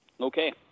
Okay